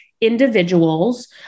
Individuals